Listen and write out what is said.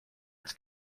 its